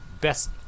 Best